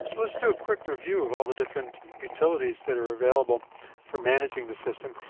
let's do a quick review of all the different utilities that are available for managing the system.